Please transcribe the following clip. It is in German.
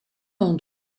und